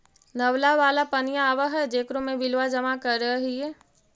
नलवा वाला पनिया आव है जेकरो मे बिलवा जमा करहिऐ?